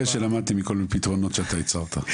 שלמדתי מכל מיני פתרונות שאתה ייצרת.